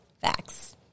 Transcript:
Facts